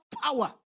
power